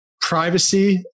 privacy